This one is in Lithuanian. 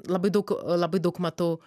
labai daug labai daug matau